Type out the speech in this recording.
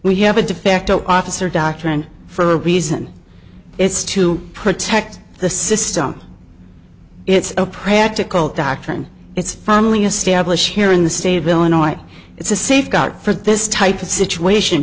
facto officer doctrine for a reason it's to protect the system it's a practical doctrine it's firmly established here in the state of illinois it's a safeguard for this type of situation